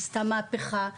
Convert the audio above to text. היא עשתה מהפכה,